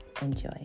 Enjoy